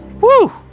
Woo